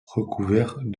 recouverts